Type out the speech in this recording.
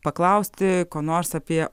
paklausti ko nors apie